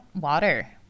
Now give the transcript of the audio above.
Water